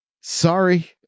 Sorry